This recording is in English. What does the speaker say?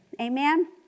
Amen